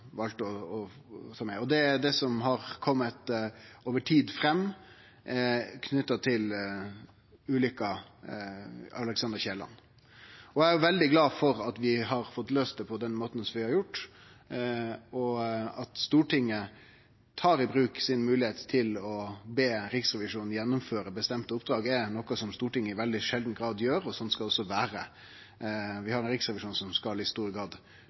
valde å ta med. Det er det som har kome fram over tid, knytt til ulykka med Alexander L. Kielland. Eg er veldig glad for at vi har fått løyst det på den måten som vi har gjort. At Stortinget tar i bruk moglegheita si til å be Riksrevisjonen gjennomføre bestemde oppdrag, er noko som Stortinget i veldig sjeldan grad gjer. Slik skal det også vere. Vi har ein riksrevisjon som i stor grad